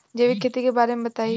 जैविक खेती के बारे में बताइ